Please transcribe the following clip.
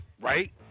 Right